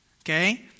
okay